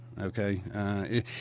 okay